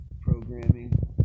programming